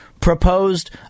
proposed